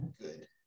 good